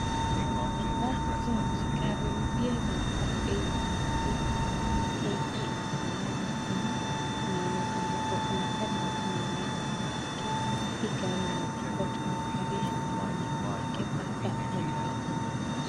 Amesimama hapa. Ni gari mpya. Imeandikwa KDC 889B . Inaonekana kuwa kuna gari ingine iliyo nyuma yake. Hii gari inaezakuwa tu ni gari ya mtu mwenye ameiwekeza hapa ama ni gari yenye anauza.